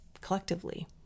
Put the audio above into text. Collectively